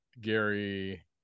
Gary